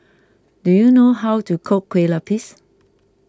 do you know how to cook Kueh Lupis